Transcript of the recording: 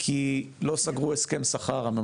כי לא סגרו הסכם שכר.